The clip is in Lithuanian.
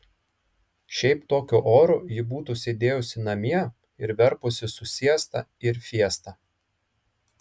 šiaip tokiu oru ji būtų sėdėjusi namie ir verpusi su siesta ir fiesta